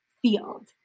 field